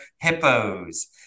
Hippos